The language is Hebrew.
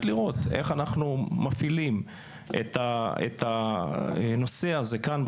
לראות איך אנחנו מפעילים את הנושא הזה כאן,